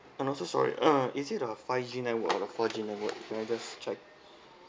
and also sorry uh is it a five G network or four G network can I just check